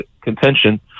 contention